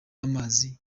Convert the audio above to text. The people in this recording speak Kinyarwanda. amazi